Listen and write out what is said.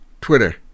Twitter